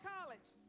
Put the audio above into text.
College